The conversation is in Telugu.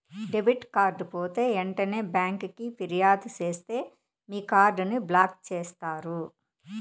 డెబిట్ కార్డు పోతే ఎంటనే బ్యాంకికి ఫిర్యాదు సేస్తే మీ కార్డుని బ్లాక్ చేస్తారు